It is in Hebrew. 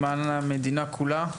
למען המדינה כולה.